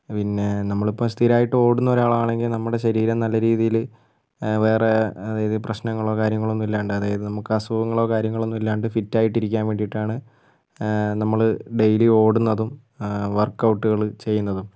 പിന്നെ നമ്മളിപ്പോൾ സ്ഥിരമാ യിട്ട് ഓടുന്ന ഒരു ആളാണെങ്കിൽ നമ്മുടെ ശരീരം നല്ല രീതിയില് വേറെ പ്രശ്നങ്ങളോ കാര്യങ്ങളോ ഒന്നും ഇല്ലാണ്ട് അതായത് നമുക്ക് അസുഖങ്ങളോ കാര്യങ്ങളോ ഒന്നും ഇല്ലാണ്ട് ഫിറ്റായിട്ട് ഇരിക്കാൻ വേണ്ടിയിട്ടാണ് നമ്മള് ഡെയിലി ഓടുന്നതും വർക്ഔട്ടുകള് ചെയ്യുന്നതും